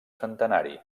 centenari